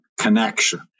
connection